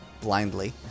blindly